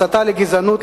הסתה לגזענות,